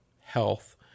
health